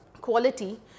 quality